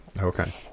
okay